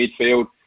midfield